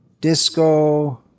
disco